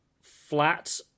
flat